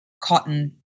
cotton